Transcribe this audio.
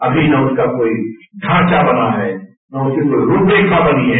अभी न उसका कोई ढांचा बना है न कोई रूपपेखा बनी है